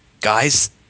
guys